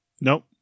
Nope